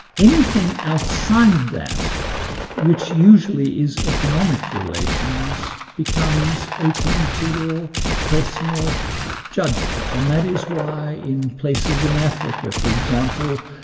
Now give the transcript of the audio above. anything outside that which usually is economic relations, becomes open to your personal judgment. and that is why in places in africa for example,